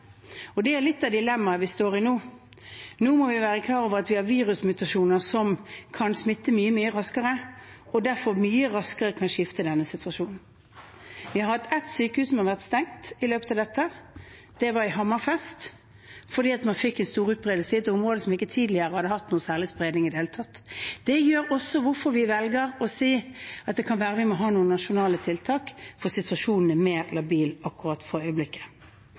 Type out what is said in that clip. er litt av dilemmaet vi står i nå. Nå må vi være klar over at vi har virusmutasjoner som kan smitte mye, mye raskere, og derfor mye raskere kan snu denne situasjonen. Vi har hatt ett sykehus som har vært stengt i løpet av pandemien. Det var i Hammerfest – fordi man fikk stor utbredelse i et område som ikke tidligere hadde hatt noe særlig spredning i det hele tatt. Det er også derfor vi velger å si at det kan være vi må ha noen nasjonale tiltak – fordi situasjonen er mer labil for øyeblikket.